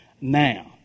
now